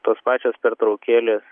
tos pačios pertraukėlės